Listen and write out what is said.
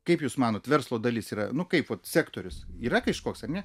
kaip jūs manot verslo dalis yra nu kaip vat sektorius yra kažkoks ar ne